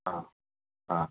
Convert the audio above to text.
ꯑꯥ ꯑꯥ